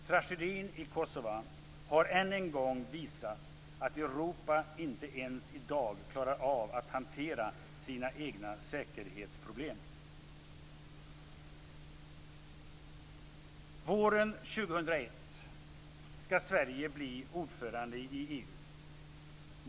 Tragedin i Kosova har än en gång visat att Europa inte ens i dag klarar av att hantera sina egna säkerhetsproblem. Våren 2001 skall Sverige bli ordförandeland i EU.